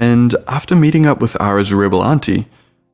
and after meeting up with ara's rebel auntie